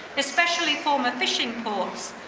especially former fishing ports,